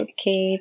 Okay